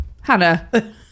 Hannah